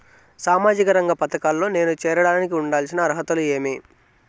సామాజిక రంగ పథకాల్లో నేను చేరడానికి ఉండాల్సిన అర్హతలు ఏమి?